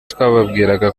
twababwiraga